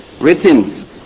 written